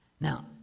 Now